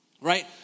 right